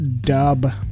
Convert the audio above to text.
Dub